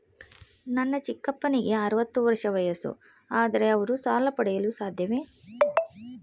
ನನ್ನ ಚಿಕ್ಕಪ್ಪನಿಗೆ ಅರವತ್ತು ವರ್ಷ ವಯಸ್ಸು, ಆದರೆ ಅವರು ಸಾಲ ಪಡೆಯಲು ಸಾಧ್ಯವೇ?